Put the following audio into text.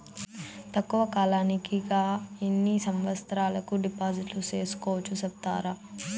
తక్కువ కాలానికి గా ఎన్ని సంవత్సరాల కు డిపాజిట్లు సేసుకోవచ్చు సెప్తారా